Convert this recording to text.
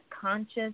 conscious